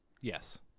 Yes